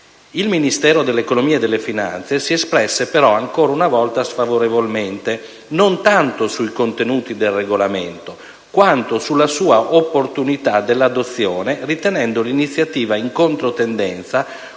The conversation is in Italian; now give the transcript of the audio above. Il Ministero dell'economia e delle finanze si espresse però ancora una volta sfavorevolmente, non tanto sui contenuti del regolamento, quanto sull'opportunità della sua adozione, ritenendo l'iniziativa in controtendenza